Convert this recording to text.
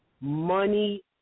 money